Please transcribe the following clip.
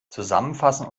zusammenfassen